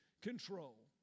control